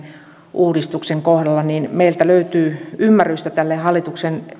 uudistuksen kohdalla meiltä löytyy ymmärrystä tälle hallituksen